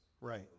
Right